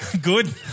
Good